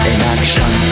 Inaction